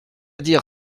dire